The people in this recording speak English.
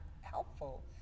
helpful